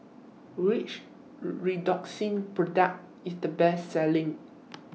Which Redoxon Product IS The Best Selling